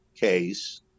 case